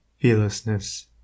Fearlessness